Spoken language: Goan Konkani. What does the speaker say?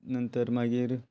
नंतर मागीर